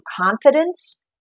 confidence